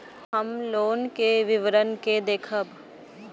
हम लोन के विवरण के देखब?